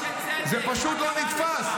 זה פשוט לא נתפס.